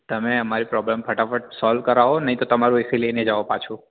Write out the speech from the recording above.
તમે અમારી પ્રોબલમ ફટાફટ સોલ્વ કરાવો નહીં તો તમારું એસી લઈને જાઓ પાછું